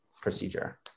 procedure